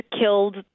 killed